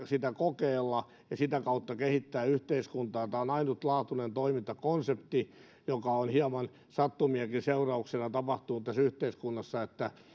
sitä kokeilla ja sitä kautta kehittää yhteiskuntaa tämä on ainutlaatuinen toimintakonsepti joka on hieman sattumienkin seurauksena tapahtunut tässä yhteiskunnassa